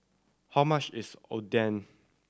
how much is Oden